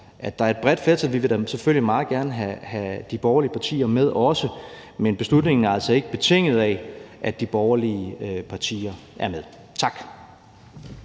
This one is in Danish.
der er et bredt flertal, for vi vil selvfølgelig meget gerne have de borgerlige partier med også. Men beslutningen er altså ikke betinget af, at de borgerlige partier er med. Tak.